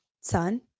son